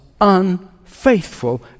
unfaithful